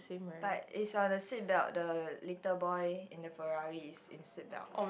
but it's on the seatbelt the little boy in the Ferrari is in seatbelt